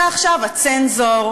זה עכשיו הצנזור,